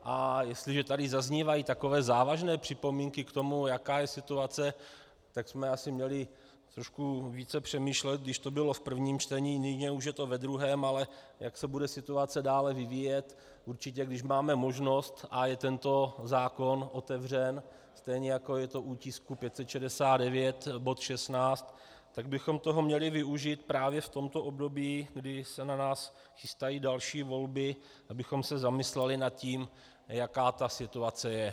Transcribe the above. A jestliže tady zaznívají takové závažné připomínky k tomu, jaká je situace, tak jsme asi měli trošku více přemýšlet, když to bylo v prvním čtení, nyní už je to ve druhém, ale jak se bude situace dále vyvíjet, určitě když máme možnost a je tento zákon otevřen, stejně jako je to u tisku 569, bod 16, tak bychom toho měli využít právě v tomto období, kdy se na nás chystají další volby, abychom se zamysleli nad tím, jaká ta situace je.